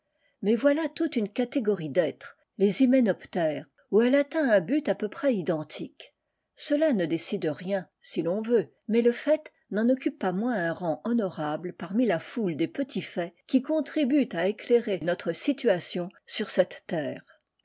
mais voilà toute une catégorie d'êtres les hyménoptères où elle atteint un but à peu près identique cela ne décide rien si l'on veut mais le fait n'en occupe par moins un rang honorable parmi la foule des petits faits qui co tribuent à éclairer notre situation sur cei terre